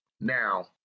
Now